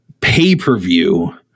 pay-per-view